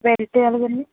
రేట్లు ఎలాగ ఉన్నాయి